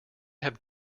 have